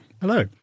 Hello